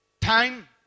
time